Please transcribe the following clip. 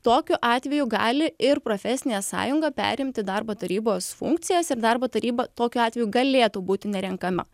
tokiu atveju gali ir profesinė sąjunga perimti darbo tarybos funkcijas ir darbo taryba tokiu atveju galėtų būti nerenkama